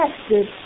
tested